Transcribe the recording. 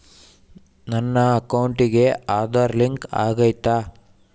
ನನ್ನ ಅಕೌಂಟಿಗೆ ಆಧಾರ್ ಲಿಂಕ್ ಆಗೈತಾ?